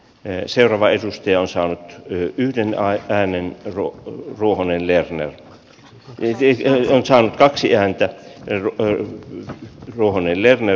ensin vaisusti osaavat nykyhetken aikaa ennen rock ruohonen lerner on ettei kiellon saanut kaksi ääntä tai ruohonen lerner